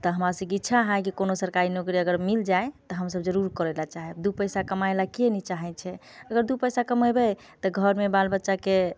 तऽ हमरा सभके इच्छा है कि कोनो सरकारी नौकरी अगर मिल जाइ तऽ हम सभ जरूर करै लए चाहब दू पैसा कमाइ ले के नहि चाहै छै अगर दू पैसा कमैबे तऽ घरमे बाल बच्चाके